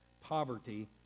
Poverty